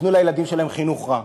ייתנו לילדים שלהם חינוך רע.